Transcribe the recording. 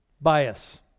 bias